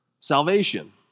salvation